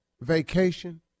vacation